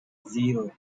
zero